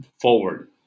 forward